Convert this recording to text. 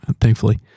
thankfully